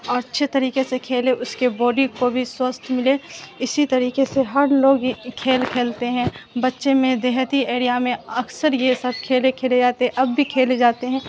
اور اچھے طریقے سے کھیلے اس کے باڈی کو بھی سوستھ ملے اسی طریقے سے ہر لوگ کھیل کھیلتے ہیں بچے میں دیہاتی ایریا میں اکثر یہ سب کھیلے کھیلے جاتے ہیں اب بھی کھیلے جاتے ہیں